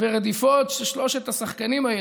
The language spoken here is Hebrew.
ורדיפות של שלושת השחקנים האלה,